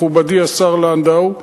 מכובדי השר לנדאו,